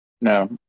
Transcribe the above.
No